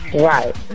Right